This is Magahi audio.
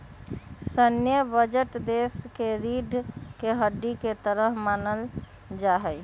सैन्य बजट देश के रीढ़ के हड्डी के तरह मानल जा हई